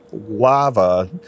lava